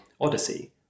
Odyssey